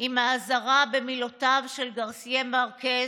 עם האזהרה במילותיו של גארסיה מארקס,